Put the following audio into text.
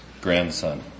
grandson